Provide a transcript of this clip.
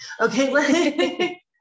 okay